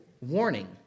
warning